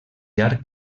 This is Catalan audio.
llarg